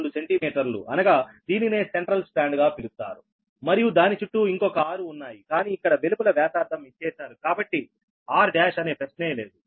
2 సెంటీమీటర్లు అనగా దీనినే సెంట్రల్ స్ట్రాండ్ గా పిలుస్తారు మరియు దాని చుట్టూ ఇంకొక ఆరు ఉన్నాయి కానీ ఇక్కడ వెలుపల వ్యాసార్థం ఇచ్చేశారు కాబట్టి r1 అనే ప్రశ్నే లేదు